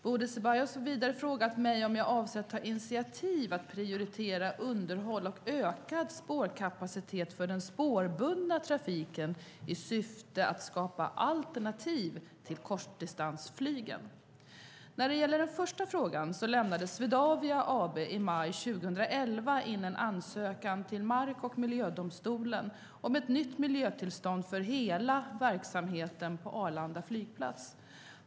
Bodil Ceballos har vidare frågat mig om jag avser att ta initiativ till att prioritera underhåll och ökad spårkapacitet för den spårbundna trafiken i syfte att skapa alternativ till kortdistansflygen. När det gäller den första frågan lämnade Swedavia AB i maj 2011 in en ansökan till mark och miljödomstolen om ett nytt miljötillstånd för hela verksamheten på Arlanda flygplats.